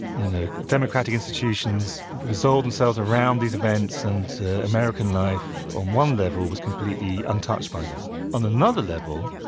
you know democratic institutions resolve themselves around these events and american life on one level was completely untouched by them. on another level,